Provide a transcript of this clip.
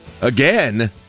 Again